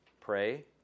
pray